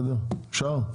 אפשר?